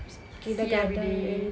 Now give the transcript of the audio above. see everyday